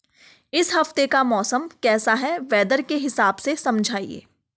इस हफ्ते का मौसम कैसा है वेदर के हिसाब से समझाइए?